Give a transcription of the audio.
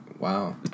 Wow